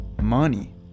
money